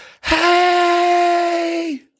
Hey